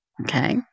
okay